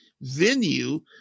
venue